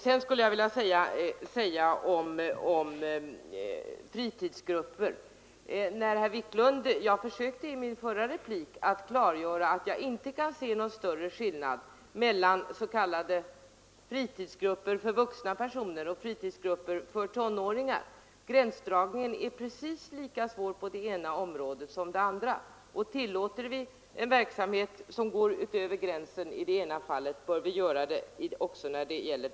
Beträffande fritidsgrupper försökte jag i min förra replik klargöra att jag inte kan se någon större skillnad mellan s.k. fritidsgrupper för vuxna personer och fritidsgrupper för tonåringar. Gränsdragningen är precis lika svår på det ena området som på det andra. Tillåter vi en verksamhet som går utöver gränsen i det ena fallet, bör vi göra det också i det andra fallet.